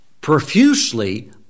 profusely